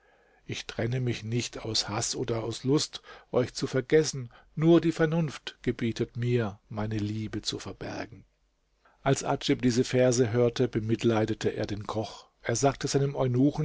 ich trenne mich nicht aus haß oder aus lust euch zu vergessen nur die vernunft gebietet mir meine liebe zu verbergen als adjib diese verse hörte bemitleidete er den koch er sagte seinem